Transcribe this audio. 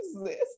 exist